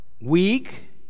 weak